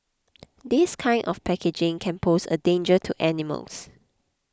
this kind of packaging can pose a danger to animals